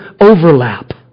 overlap